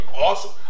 awesome